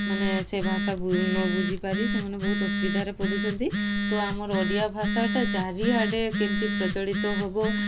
ମାନେ ସେ ଭାଷା ନ ବୁଝିପାରି ସେମାନେ ବହୁତ ଅସୁବିଧାରେ ପଡ଼ୁଛନ୍ତି ତ ଆମର ଓଡ଼ିଆ ଭାଷାଟା ଚାରିଆଡ଼େ କେମିତି ପ୍ରଚଳିତ ହେବ